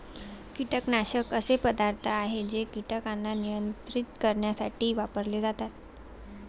कीटकनाशक असे पदार्थ आहे जे कीटकांना नियंत्रित करण्यासाठी वापरले जातात